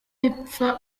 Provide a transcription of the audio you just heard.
bipfa